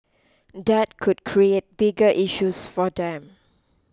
that could create bigger issues for them